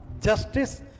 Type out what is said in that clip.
justice